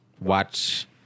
watch